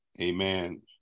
Amen